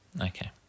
Okay